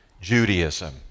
Judaism